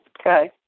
okay